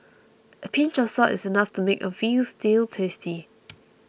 a pinch of salt is enough to make a Veal Stew tasty